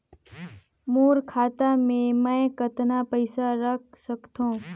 मोर खाता मे मै कतना पइसा रख सख्तो?